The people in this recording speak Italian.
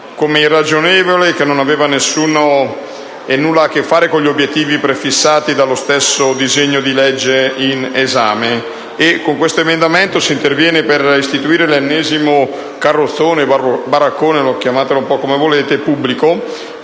come irragionevole e non avente nulla a che fare con gli obiettivi prefissati dal disegno di legge in esame. Con questo emendamento si interviene per istituire l'ennesimo carrozzone,